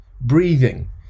breathing